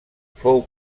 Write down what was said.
fou